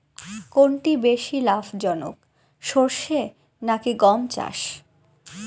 কোনটি বেশি লাভজনক সরষে নাকি গম চাষ?